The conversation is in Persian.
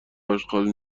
اشغال